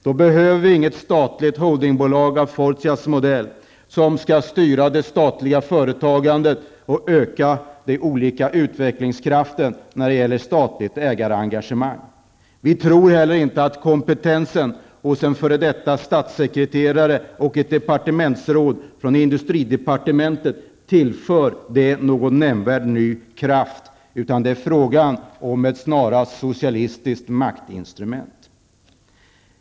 Då behöver vi inget statligt holdingbolag av Fortias modell som skall styra det statliga företagandet och öka statligt ägarengagemang. Vi tror heller inte att kompetensen hos en f.d. statssekreterare och ett departementsråd från industridepartementet tillför någon nämnvärd ny kraft, utan det är snarast fråga om ett socialistiskt maktinstrument.